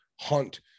hunt